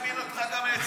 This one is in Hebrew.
הזמין אותך לבית שלו?